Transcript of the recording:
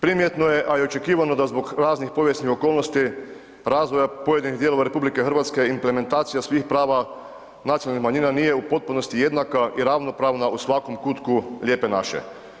Primjetno je a i očekivano da zbog raznih povijesnih okolnosti razvoja pojedinih dijelova RH, implementacija svih prava nacionalnih manjina nije u potpunosti jednaka i ravnopravna u svakom kutku Lijepe naše.